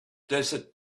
desert